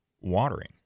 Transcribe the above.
watering